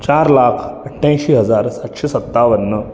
चार लाख अठ्याऐंशी हजार सातशे सत्तावन्न